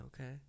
Okay